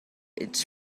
its